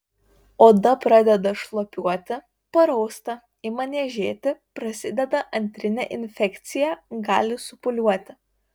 oda pradeda šlapiuoti parausta ima niežėti prasideda antrinė infekcija gali supūliuoti